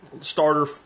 starter